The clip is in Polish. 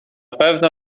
pewno